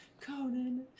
Conan